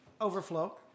overflow